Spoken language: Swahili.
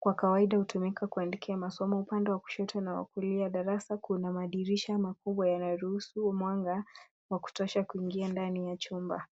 kwa kawaida hutumiwa kuandikia masomo. Upande wa kushoto na kulia wa darasa kuna madirisha makubwa yanayoruhusu mwanga wa kutosha kuingia ndani ya chumba.